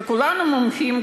וכולנו מומחים,